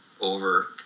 over